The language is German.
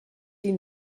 die